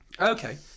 Okay